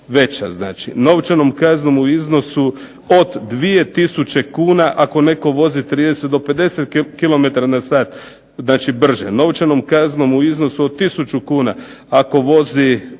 veća. Novčanom kaznom u iznosu od 2 tisuće kuna ako netko vozi od 30 do 50 km na sat, znači brže, novčanom kaznom u iznosu od tisuću kuna ako vozi